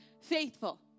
faithful